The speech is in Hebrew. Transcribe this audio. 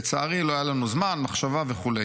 לצערי, לא היה לנו זמן, מחשבה וכו'.